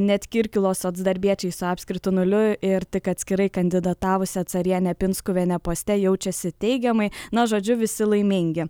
net kirkilo socdarbiečiais apskritu nuliu ir tik atskirai kandidatavusi carienė pinskuvienė poste jaučiasi teigiamai na žodžiu visi laimingi